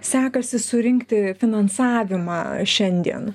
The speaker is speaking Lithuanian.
sekasi surinkti finansavimą šiandien